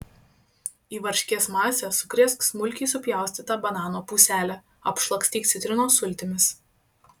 į varškės masę sukrėsk smulkiai supjaustytą banano puselę apšlakstyk citrinos sultimis